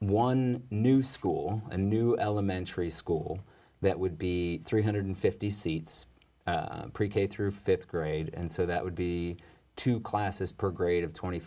one new school a new elementary school that would be three hundred fifty seats pre k through fifth grade and so that would be two classes per grade of twenty